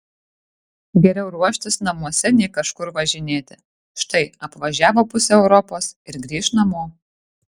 geriau ruoštis namuose nei kažkur važinėti štai apvažiavo pusę europos ir grįš namo